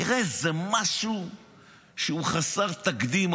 תראה, זה משהו שהוא חסר תקדים.